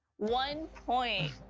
one point!